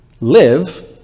live